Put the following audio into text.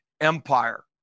empire